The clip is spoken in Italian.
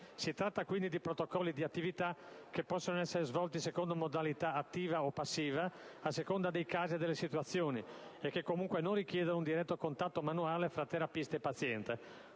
Si tratta, quindi, di protocolli di attività che possono essere svolti secondo modalità attiva o passiva, a seconda dei casi e delle situazioni e che comunque non richiedono un diretto contatto manuale tra terapista e paziente;